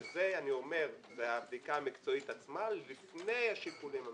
שזאת הבדיקה המקצועית עצמה לפני השיקולים המקצועיים.